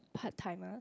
part timer